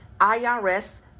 IRS